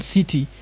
City